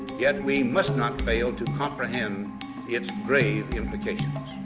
yet we must not fail to comprehend its grave implications.